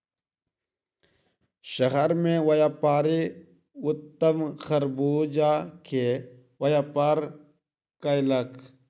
शहर मे व्यापारी उत्तम खरबूजा के व्यापार कयलक